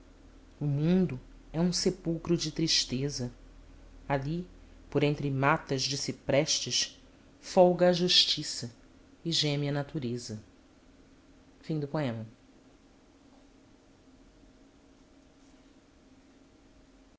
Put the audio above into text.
o mundo é um sepulcro de tristeza ali por entre matas de ciprestes folga a justiça e geme a natureza